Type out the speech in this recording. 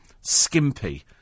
skimpy